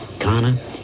Connor